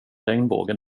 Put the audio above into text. regnbågen